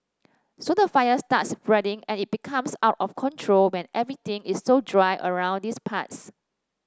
so the fire starts spreading and it becomes out of control when everything is so dry around these parts